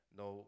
no